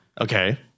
Okay